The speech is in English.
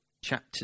chapter